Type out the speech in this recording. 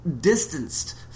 distanced